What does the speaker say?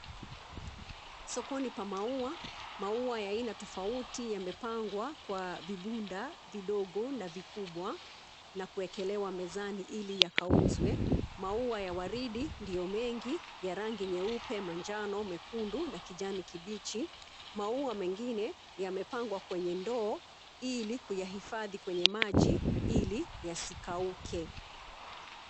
Sokoni pa maua, maua ya aina tofauti yamepangwa kwa vibunda vidogo na vikubwa, na kuwekelewa mezani ili yakauzwe. Maua ya waridi ndiyo mengi, ya rangi nyeupe, manjano, mekundu na kijani kibichi. Maua mengine, yamepangwa kwenye ndoo, ilikuyahifadhi kwenye maji, iliyasikauke.